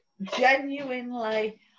genuinely